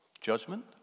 Judgment